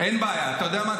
אין בעיה, אתה יודע מה?